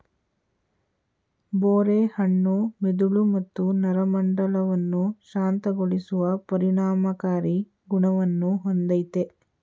ಬೋರೆ ಹಣ್ಣು ಮೆದುಳು ಮತ್ತು ನರಮಂಡಲವನ್ನು ಶಾಂತಗೊಳಿಸುವ ಪರಿಣಾಮಕಾರಿ ಗುಣವನ್ನು ಹೊಂದಯ್ತೆ